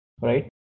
Right